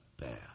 bad